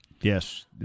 Yes